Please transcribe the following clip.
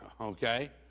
okay